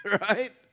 Right